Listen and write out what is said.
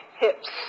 hips